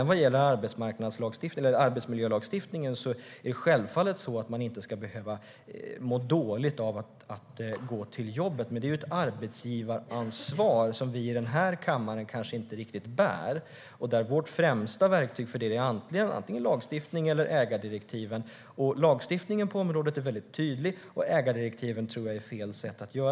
Vad sedan gäller arbetsmiljölagstiftningen ska man självfallet inte behöva må dåligt av att gå till jobbet, men det är ju ett arbetsgivaransvar som vi i den här kammaren inte riktigt bär. Vårt främsta verktyg där är antingen lagstiftning eller ägardirektiv. Lagstiftningen på området är väldigt tydlig, och ägardirektiven tror jag är fel väg att gå.